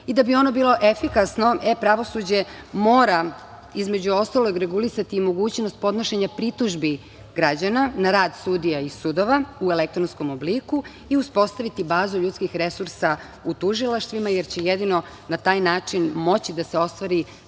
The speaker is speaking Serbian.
bi ono bilo efikasno e-pravosuđe mora, između ostalog regulisati i mogućnost podnošenja pritužbi građana na rad sudija i sudova u elektronskom obliku i uspostaviti bazu ljudskih resursa u tužilaštvima, jer će jedino na taj način moći da se ostvari